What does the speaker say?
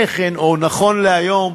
נכון להיום,